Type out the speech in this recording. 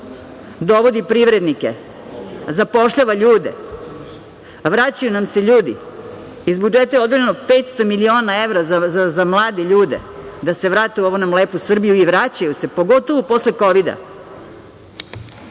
dovodi privrednike, zapošljava ljude, vraćaju nam se ljudi. Iz budžeta je odvojeno 500 miliona evra za mlade ljude, da se vrate u ovu nam lepu Srbiju, i vraćaju se, pogotovo posle